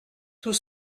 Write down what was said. tout